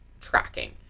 tracking